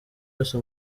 yose